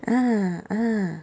ah ah